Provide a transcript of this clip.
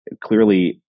clearly